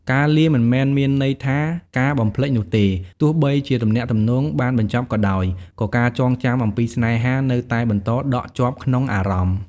ការលាមិនមែនមានន័យថាការបំភ្លេចនោះទេ ទោះបីជាទំនាក់ទំនងបានបញ្ចប់ក៏ដោយ ក៏ការចងចាំអំពីស្នេហានៅតែបន្តដក់ជាប់ក្នុងអារម្មណ៍។